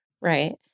right